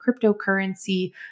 cryptocurrency